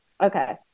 Okay